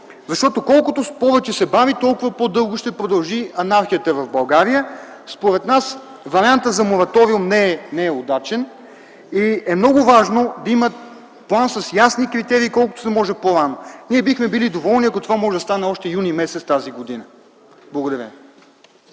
защото колкото повече се бави, толкова по-дълго ще продължи анархията в България? Според нас вариантът за мораториум не е удачен и е много важно да има план с ясни критерии колкото е възможно по-рано. Ние бихме били доволни, ако това може да стане още през м. юни т.г. Благодаря